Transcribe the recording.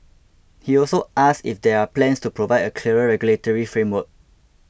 he also asked if there are plans to provide a clearer regulatory framework